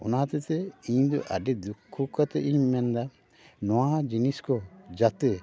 ᱚᱱᱟ ᱦᱚᱛᱮᱼᱛᱮ ᱤᱧ ᱟᱹᱰᱤ ᱫᱩᱠᱠᱷᱚ ᱠᱟᱛᱮᱫ ᱤᱧ ᱢᱮᱱᱮᱫᱟ ᱱᱚᱣᱟ ᱡᱤᱱᱤᱥ ᱠᱚ ᱡᱟᱛᱮ